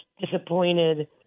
disappointed